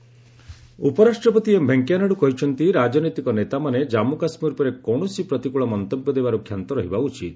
vice pres କେକେ ଉପରାଷ୍ଟ୍ରପତି M Venkaiah Naidu କହିଛନ୍ତି ରାଜନୈତିକ ନେତାମାନେ ଜନ୍ମୁ କାଶ୍ମୀର ଉପରେ କୌଣସି ପ୍ରତିକୃଳ ମନ୍ତବ୍ୟ ଦେବାରୁ କ୍ଷାନ୍ତ ରହିବା ଉଚିତ